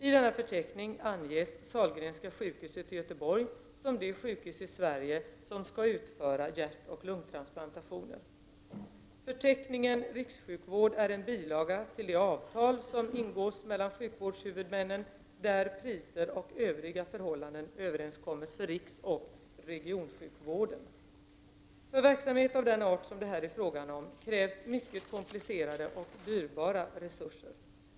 I denna förteckning an ges Sahlgrenska sjukhuset i Göteborg som det sjukhus i Sverige som skall utföra hjärtoch lungtransplantationer. Förteckning R är en bilaga till det avtal som ingås mellan sjukvårdshuvudmännen där priser och övriga förhållanden överenskommes för riksoch regionsjukvården. För verksamhet av den art som det här är fråga om krävs mycket komplicerade och dyrbara resurser.